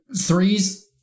threes